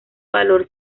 valor